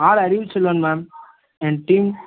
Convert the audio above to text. R Arivuchelvan ma'am என் team